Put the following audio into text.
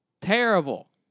Terrible